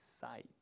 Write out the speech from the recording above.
sight